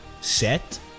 set